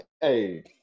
hey